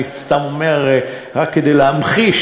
אני סתם אומר רק כדי להמחיש,